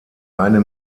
eine